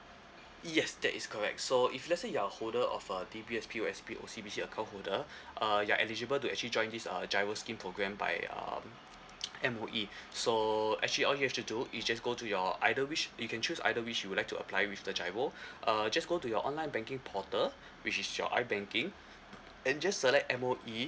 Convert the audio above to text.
yes that is correct so if let's say you're holder of uh D_B_S P_O_S_B O_C_B_C account holder uh you are eligible to actually join this uh GIRO scheme program by um M_O_E so actually all you have to do is just go to your either which you can choose either which you would like to apply with the GIRO uh just go to your online banking portal which is your I banking and just select M_O_E